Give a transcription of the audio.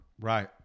Right